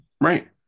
Right